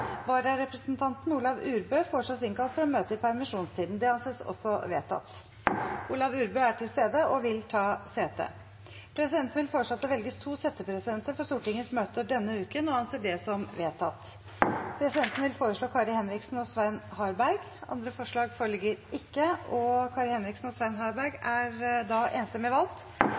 Vararepresentanten, Olav Urbø , innkalles for å møte i permisjonstiden. Olav Urbø er til stede og vil ta sete. Presidenten vil foreslå at det velges to settepresidenter for Stortingets møter denne uken – og anser det som vedtatt. Presidenten vil foreslå Kari Henriksen og Svein Harberg. – Andre forslag foreligger ikke, og Kari Henriksen og Svein Harberg anses enstemmig valgt